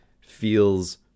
feels